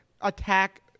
attack